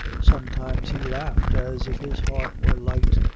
sometimes he laughed as if his heart were light,